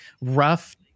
rough